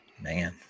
Man